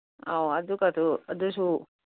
ꯑꯧ ꯑꯗꯨꯒꯗꯣ ꯑꯗꯨꯁꯨ